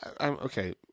Okay